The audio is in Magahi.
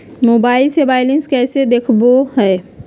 मोबाइल से बायलेंस कैसे देखाबो है?